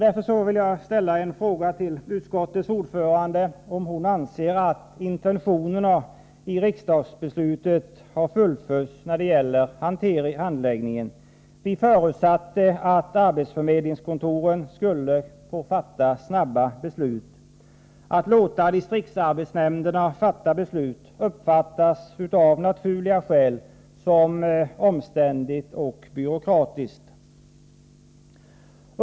Därför vill jag till utskottets ordförande ställa frågan om hon anser att intentionerna i riksdagsbeslutet har fullföljts när det gäller handläggningen. Vi förutsatte att arbetsförmedlingskontoren skulle få fatta snabba beslut. Att distriktsarbetsnämnderna får fatta besluten uppfattas av naturliga skäl som omständligt och byråkratiskt.